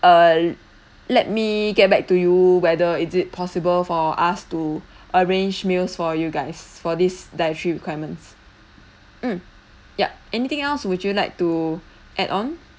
err let me get back to you whether is it possible for us to arrange meals for you guys for this dietary requirements mm yup anything else would you like to add on